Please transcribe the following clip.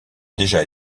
déjà